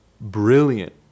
brilliant